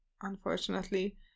unfortunately